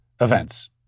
events